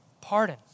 pardon